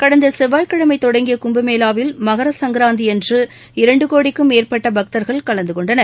கடந்த செவ்வாய்க்கிழமை தொடங்கிய கும்பமேளாவில் மகரசுங்கராந்தியன்று இரண்டு கோடிக்கும் மேற்பட்ட பக்தர்கள் கலந்துகொண்டனர்